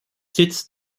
sitz